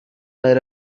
let